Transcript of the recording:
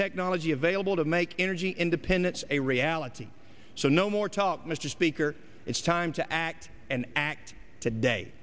technology available to make energy independence a reality so no more talk mr speaker it's time to act and act today